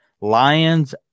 lions